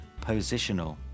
positional